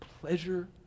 pleasure